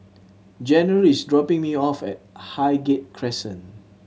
General is dropping me off at Highgate Crescent